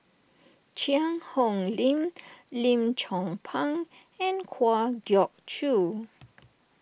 Cheang Hong Lim Lim Chong Pang and Kwa Geok Choo